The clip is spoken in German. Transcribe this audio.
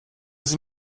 sie